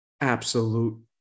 absolute